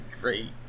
great